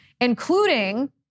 including